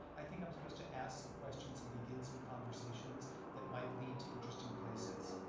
i think i'm supposed to ask some questions and begin some conversations that might lead to interesting places.